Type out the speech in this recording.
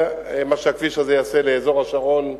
זה מה שהכביש הזה יעשה לאזור השרון הדרומי,